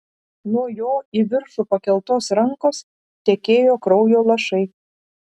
nuo jo į viršų pakeltos rankos tekėjo kraujo lašai